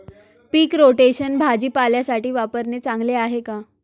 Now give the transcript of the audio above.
पीक rotation भाजीपाल्यासाठी वापरणे चांगले आहे का?